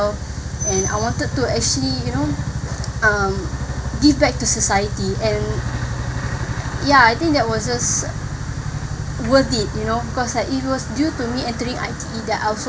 and I wanted to actually you know um give back to society and ya I think that was just worth it you know because like it was due to me entering I_T_E that I also